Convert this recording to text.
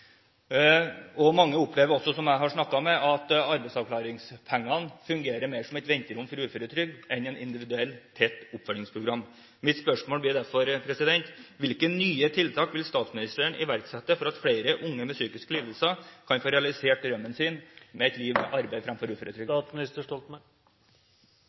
som jeg har snakket med, opplever også at arbeidsavklaringspengene fungerer mer som et venterom for uføretrygd enn et individuelt, tett oppfølgingsprogram. Mitt spørsmål blir derfor: Hvilke nye tiltak vil statsministeren iverksette for at flere unge med psykiske lidelser kan få realisert drømmen sin om et liv med arbeid fremfor uføretrygd?